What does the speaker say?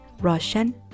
Russian